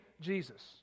Jesus